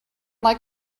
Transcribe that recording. like